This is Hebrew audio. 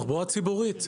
תחבורה ציבורית.